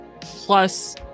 plus